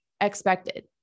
expected